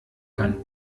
kann